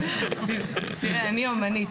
אני אמנית,